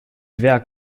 werk